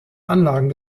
anlagen